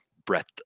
breadth